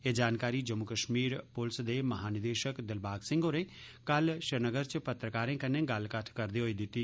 एह् जानकारी जम्मू कश्मीर पुलिस दे महानिदेशक दिलबाग सिंह होरें कल श्रीनगर च पत्रकारें कन्नै गल्ल करदे होई दिती